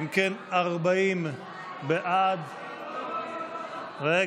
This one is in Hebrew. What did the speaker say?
אם כן, 40 בעד, רגע.